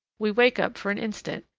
we wake up for an instant,